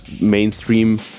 mainstream